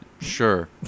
Sure